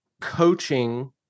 coaching